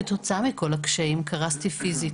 כתוצאה מכל הקשיים קרסתי פיזית,